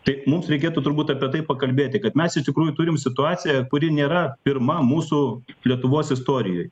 taip mums reikėtų turbūt apie tai pakalbėti kad mes iš tikrųjų turim situaciją kuri nėra pirma mūsų lietuvos istorijoj